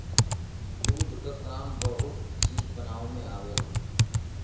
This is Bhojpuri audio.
दूध क काम बहुत चीज बनावे में आवेला